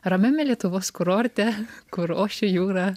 ramiame lietuvos kurorte kur ošė jūra